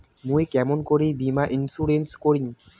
মুই কেমন করি বীমা ইন্সুরেন্স করিম?